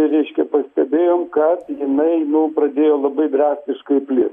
reiškia pastebėjom kad jinai nu pradėjo labai drastiškai plist